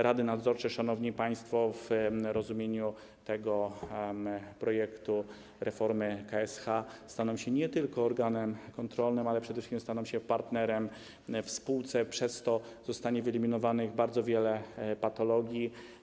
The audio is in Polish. Rady nadzorcze, szanowni państwo, w rozumieniu projektu reformy k.s.h. staną się nie tylko organem kontrolnym, ale przede wszystkim partnerem w spółce, przez co zostanie wyeliminowanych bardzo wiele patologii.